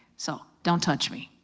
so, don't touch me.